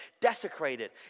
desecrated